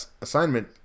assignment